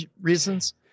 reasons